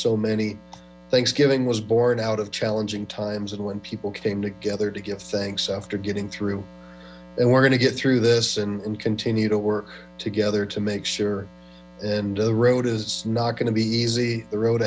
so many thanksgiving was born out of challenging times and when people came together to give thanks after getting through and we're going to get through this and continue to work together to make sure and the road is not going to be easy the road